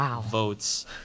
votes